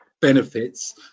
benefits